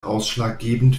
ausschlaggebend